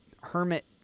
hermit